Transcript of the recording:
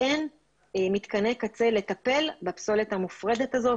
אין מתקני קצה לטפל בפסולת המופרדת הזו,